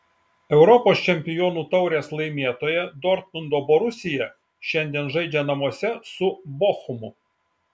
europos čempionų taurės laimėtoja dortmundo borusija šiandien žaidžia namuose su bochumu